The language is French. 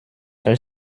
elle